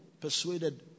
persuaded